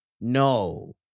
no